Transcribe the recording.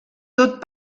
tot